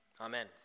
Amen